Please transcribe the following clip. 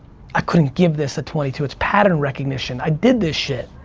i couldn't give this at twenty two. it's pattern recognition, i did this shit,